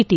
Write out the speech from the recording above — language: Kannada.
ಟಿ